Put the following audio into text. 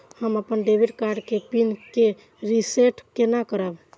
हम अपन debit card के पिन के रीसेट केना करब?